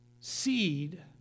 seed